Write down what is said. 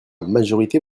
majorité